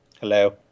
Hello